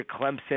Clemson